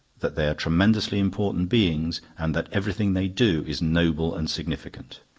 that they are tremendously important beings, and that everything they do is noble and significant.